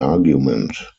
argument